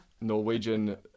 Norwegian